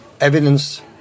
Evidence